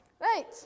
Right